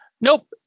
Nope